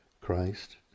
Christ